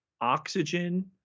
oxygen